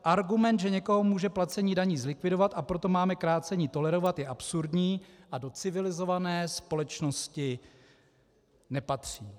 Argument, že někoho může placení daní zlikvidovat, a proto máme krácení tolerovat, je absurdní a do civilizované společnosti nepatří.